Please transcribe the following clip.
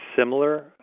similar